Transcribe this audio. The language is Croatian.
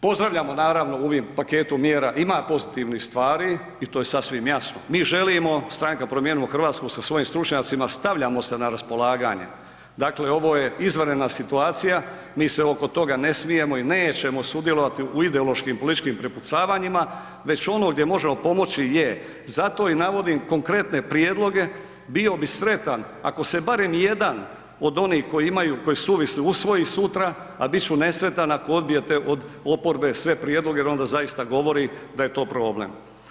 Pozdravljamo naravno u ovom paketu mjera, ima pozitivnih stvari, i to je sasvim jasno, mi želimo, Stranka Promijenimo Hrvatsku sa svojim stručnjacima, stavljamo se na raspolaganje, dakle ovo je izvanredna situacija, mi se oko toga ne smijemo i nećemo sudjelovati u ideološkim političkim prepucavanjima, već ono gdje možemo pomoći, je, zato i navodim konkretne prijedloge, bio bi sretan ako se barem jedan od onih koji imaju, koji ... usvoji sutra, a bit ću nesretan ako odbijete od oporbe sve prijedloge jer onda zaista govori da je to problem.